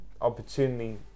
opportunity